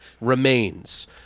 remains